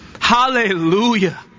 Hallelujah